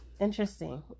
interesting